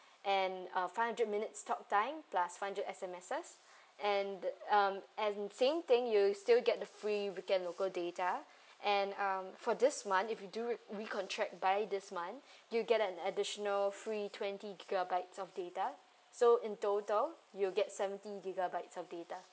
and uh five hundred minutes talk time plus five hundred S_M_S and the um and same thing you'll still get the free weekend local data and um for this month if you do re~ recontract by this month you'll get an additional free twenty gigabytes of data so in total you'll get seventy gigabytes of data